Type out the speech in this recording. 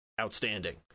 outstanding